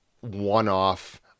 one-off